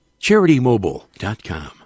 CharityMobile.com